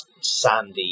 sandy